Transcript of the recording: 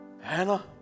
Hannah